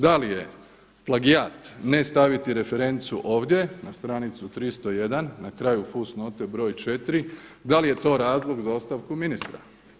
Da li je plagijat ne staviti referencu ovdje na stranicu 301 na kraju fusnote broj 4, da li je to razlog za ostavku ministra?